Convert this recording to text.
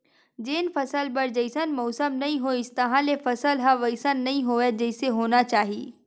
जेन फसल बर जइसन मउसम नइ होइस तहाँले फसल ह वइसन नइ होवय जइसे होना चाही